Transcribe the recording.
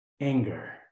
Anger